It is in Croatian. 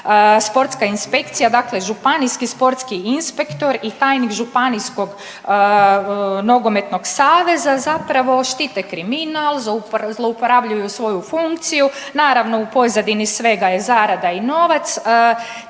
sportska inspekcija. Dakle županijski sportski inspektor i tajnik županijskog nogometnog saveza zapravo štite kriminal, zlouporabljuju svoju funkciju, naravno u pozadini svega je zarada i novac.